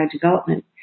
development